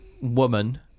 woman